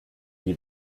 die